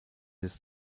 his